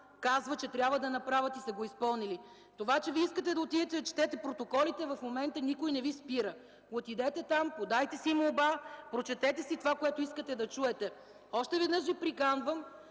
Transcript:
казва, че трябва да направят и са го изпълнили. Това, че Вие искате да отидете да четете протоколите – в момента никой не Ви спира, отидете там, подайте си молба, прочетете това, което искате да чуете. Още веднъж Ви приканвам